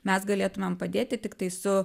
mes galėtumėm padėti tiktai su